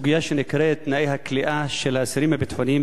בסוגיה שנקראת תנאי הכליאה של האסירים הביטחוניים